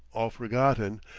all forgotten,